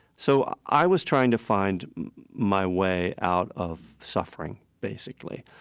so i was trying to find my way out of suffering, basically.